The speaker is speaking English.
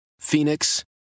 Phoenix